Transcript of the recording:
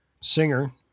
Singer